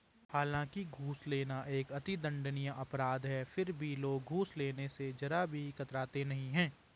हालांकि घूस लेना एक अति दंडनीय अपराध है फिर भी लोग घूस लेने स जरा भी कतराते नहीं है